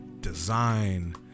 design